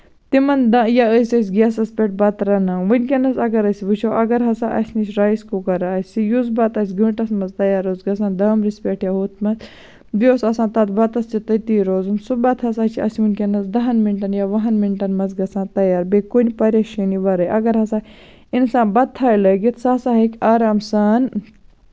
تِمن دۄہَن ٲسۍ أسۍ گیسَس پٮ۪ٹھ بَتہٕ رَنان ؤنکیٚنَس اَگر أسۍ وُچھو اَگر ہسا اَسہِ نِش رایِس کُکَر آسہِ یُس بَتہٕ اَسہِ گٲنٹَس منٛز تَیار اوس گژھان دامبرِس پٮ۪ٹھ یا ہُتھ منٛز بیٚیہِ اوس آسان تَتھ بَتَس تہِ تٔتی روزُن سُہ بَتہٕ ہسا چھُ اَسہِ ؤنکیٚنَس دَہن مِنٹَن یا وُہَن مِنٹَن منٛز گژھان تَیار بیٚیہِ کُنہِ پَریشٲنۍ وَرٲے اَگر ہسا اِنسان بَتہٕ تھاوِ لٲگِتھ سُہ ہسا ہیٚکہِ آرام سان